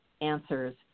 answers